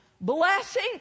blessing